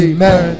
Amen